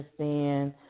understand